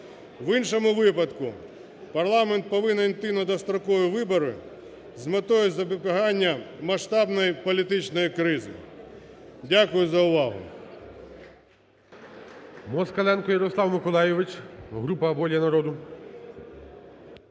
В іншому випадку парламент повинен йти на дострокові вибори з метою запобігання масштабної політичної кризи. Дякую за увагу.